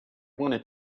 wanted